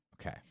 Okay